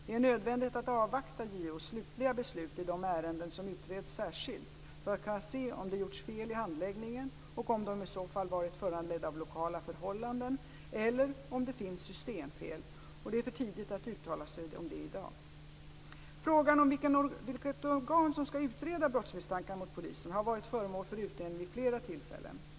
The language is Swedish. Det är nödvändigt att avvakta JO:s slutliga beslut i de ärenden som utreds särskilt för att kunna se om det gjorts fel i handläggningen och om de i så fall varit föranledda av lokala förhållanden eller om det finns systemfel. Det är för tidigt att uttala sig om det i dag. Frågan om vilket organ som skall utreda brottsmisstankar mot poliser har varit föremål för utredning vid flera tillfällen.